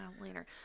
later